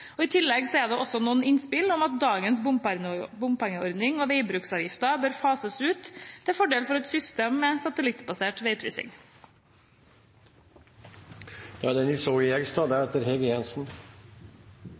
I tillegg er det noen innspill om at dagens bompengeordning og veibruksavgifter bør fases ut til fordel for et system med satellittbasert veiprising. Jeg vil først takke saksordføreren for en grundig og god jobb. Formålet med proposisjonen er